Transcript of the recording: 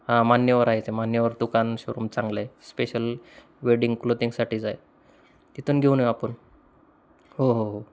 हां मान्यवर आहे ते मान्यवर दुकान शोरूम चांगलं आहे स्पेशल वेडिंग क्लोथिंगसाठीचं आहे तिथून घेऊन येऊ आपण हो हो हो